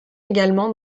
également